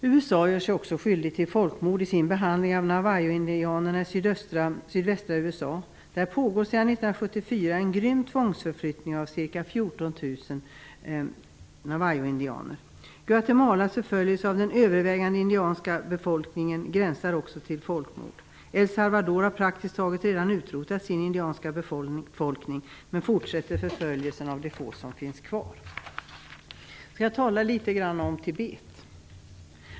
USA gör sig också skyldigt till folkmord i sin behandling av navajoindianerna i sydvästra USA. Där pågår sedan 1974 en grym tvångsförflyttning av ca 14 000 navajoindianer. Guatemalas förföljelse av den övervägande indianska befolkningen gränsar också till folkmord. El Salvador har praktiskt taget redan utrotat sin indianska befolkning och fortsätter förföljelsen av de få som finns kvar. Sedan skall jag säga några ord om Tibet.